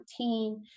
2014